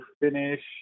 finish